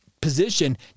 position